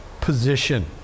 position